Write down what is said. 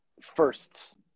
firsts